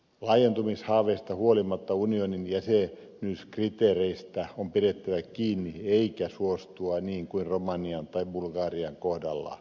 laajentumishaaveesta huolimatta unionin jäsenyyskriteereistä on pidettävä kiinni eikä suostuttava niin kuin romanian tai bulgarian kohdalla